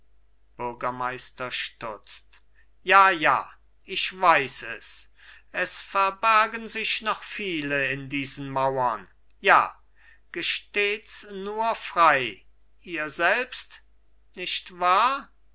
bürgermeister stutzt ja ja ich weiß es es verbergen sich noch viele in diesen mauren ja gestehts nur frei ihr selbst nicht wahr